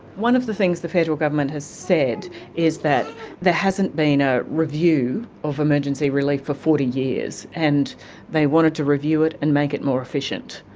one of the things the federal government has said is that there hasn't been a review of emergency relief for forty years, and they wanted to review it and make it more efficient.